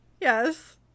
Yes